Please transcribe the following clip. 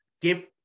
give